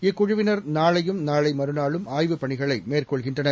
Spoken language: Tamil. இக்குழுவினர் நாளையும் நாளைமறுநாளும் ஆய்வுப் பணிகளைமேற்கொள்கின்றனர்